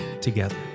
together